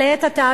אבל לעת עתה,